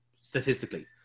statistically